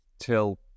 till